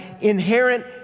inherent